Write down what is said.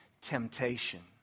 temptation